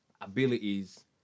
abilities